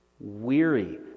weary